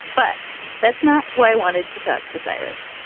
but that's not why i wanted to talk to cyrus.